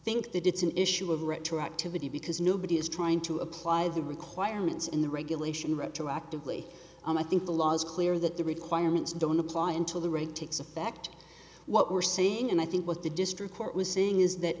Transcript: think that it's an issue of retroactivity because nobody is trying to apply the requirements in the regulation retroactively and i think the law is clear that the requirements don't apply until the right takes effect what we're seeing and i think what the district court was seeing is that